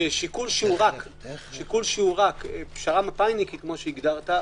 ושיקול שהוא רק פשרה מפא"יניקית כפי שהגדרת,